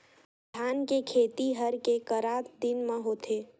धान के खेती हर के करा दिन म होथे?